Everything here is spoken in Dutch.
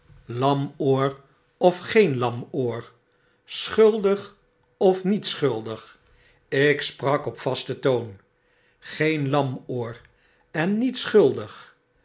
lamoor of geen lamoor schuldig of niet schuldig ik sprak op vasten toon green lamoor en niet schuldig